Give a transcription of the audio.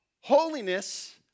Holiness